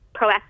proactive